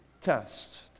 test